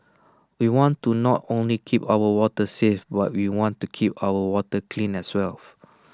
we want to not only keep our waters safe but we want to keep our water clean as well